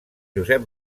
josep